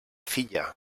filla